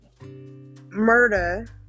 Murda